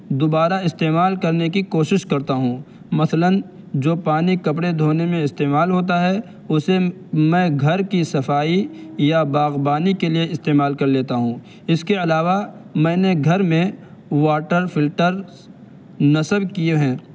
دوبارہ استعمال کرنے کی کوشش کرتا ہوں مثلاً جو پانی کپڑے دھونے میں استعمال ہوتا ہے اسے میں گھر کی صفائی یا باغبانی کے لیے استعمال کر لیتا ہوں اس کے علاوہ میں نے گھر میں واٹر فلٹرس نصب کیے ہیں